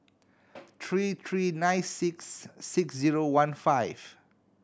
three three nine six six zero one five